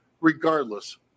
regardless